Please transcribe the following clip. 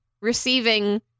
receiving